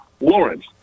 Lawrence